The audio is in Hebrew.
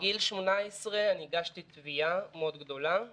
בגיל 18 הגשתי תביעה גדולה מאוד,